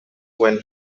when